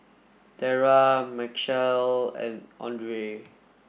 Tera Machelle and Audrey